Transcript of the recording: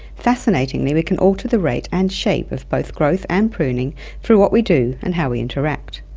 fascinatingly, we can alter the rate and shape of both growth and pruning through what we do and how we interact.